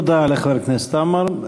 תודה לחבר הכנסת עמאר.